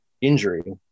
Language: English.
injury